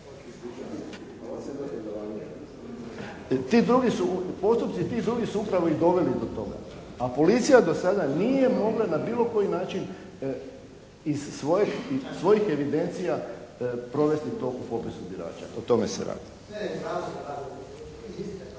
Ti drugi su postupci, ti drugi su upravo i doveli do toga, a policija do sada nije mogla na bilo koji način iz svojih evidencija provesti to u popisu birača. O tome se radi.